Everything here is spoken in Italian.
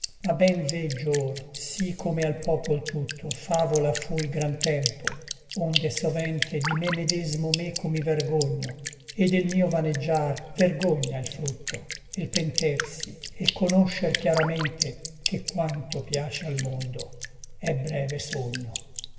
ma ben veggio or sí come al popol tutto favola fui gran tempo onde sovente di me medesmo meco mi vergogno et del mio vaneggiar vergogna è l frutto e l pentersi e l conoscer chiaramente che quanto piace al mondo è breve sogno